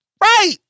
right